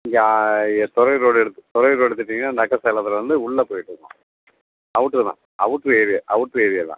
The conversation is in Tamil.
யா ய துறையூர் ரோடு எடுத் துறையூர் ரோடு எடுத்துகிட்டீங்கன்னால் நக்கசேலத்தில் இருந்து உள்ள போயிடுமா அவுட்ரு தான் அவுட்ரு ஏரியா அவுட்ரு ஏரியா தான்